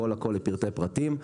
הכול הכול לפרטי פרטים.